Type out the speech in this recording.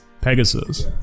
Pegasus